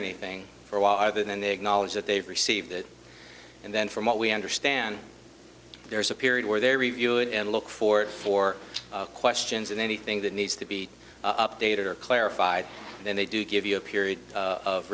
anything for a while either then they acknowledge that they've received it and then from what we understand there's a period where they review it and look for it for questions and anything that needs to be updated or clarified then they do give you a period of